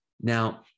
Now